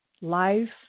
life